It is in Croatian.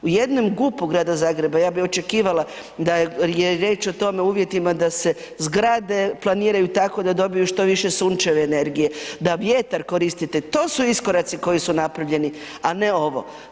U jednom GUP-u Grada Zagreba ja bi očekivala da je riječ o tome uvjetima da se zgrade planiraju tako da dobiju što više sunčeve energije, da vjetar koristite to su iskoraci koji su napravljeni, a ne ovo.